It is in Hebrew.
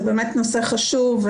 זה באמת נושא חשוב,